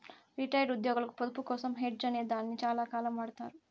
retired ఉద్యోగులకు పొదుపు కోసం హెడ్జ్ అనే దాన్ని చాలాకాలం వాడతారు